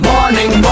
Morning